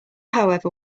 however